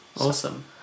Awesome